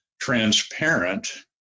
transparent